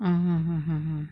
orh orh orh orh orh